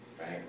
right